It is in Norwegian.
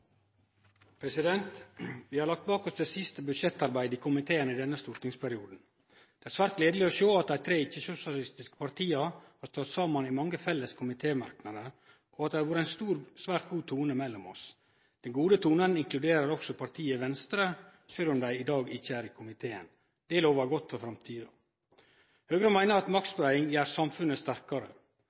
svært gledeleg å sjå at dei tre ikkje-sosialistiske partia har stått saman i mange felles komitémerknader, og at det har vore ein svært god tone mellom oss. Den gode tonen inkluderer også partiet Venstre, sjølv om dei i dag ikkje er i komiteen. Det lovar godt for framtida. Høgre meiner at maktspreiing gjer samfunnet sterkare.